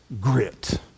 grit